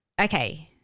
okay